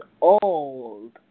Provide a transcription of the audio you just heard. old